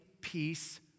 peace